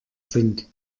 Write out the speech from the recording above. sind